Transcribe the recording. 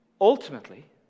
ultimately